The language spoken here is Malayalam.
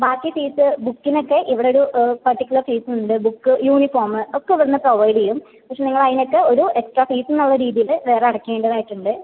ബാക്കി ഫീസ് ബുക്കിന് ഒക്കെ ഇവിട ഒര് പർട്ടിക്കുലർ ഫീസ് ഉണ്ട് ബുക്ക് യൂനിഫോമ് ഒക്ക ഇവിടിന്ന് പ്രൊവൈഡ് ചെയ്യും പക്ഷെ നിങ്ങൾ അതിന് ഒക്കെ ഒരു എക്സ്ട്രാ ഫീസെന്ന് ഇള്ള രീതിയില് വേറെ അടക്കേണ്ടത് ആയിട്ട് ഉണ്ട്